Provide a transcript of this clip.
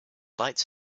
lights